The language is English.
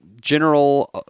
general